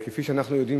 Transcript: כפי שאנחנו יודעים,